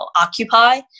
occupy